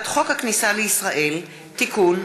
מעונות יום שיקומיים (תיקון,